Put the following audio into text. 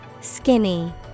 Skinny